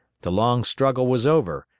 the long struggle was over,